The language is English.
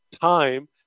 time